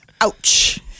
Ouch